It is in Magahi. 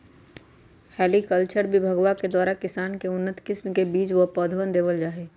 हॉर्टिकल्चर विभगवा के द्वारा किसान के उन्नत किस्म के बीज व पौधवन देवल जाहई